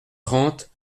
trente